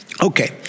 Okay